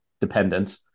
dependent